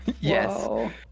Yes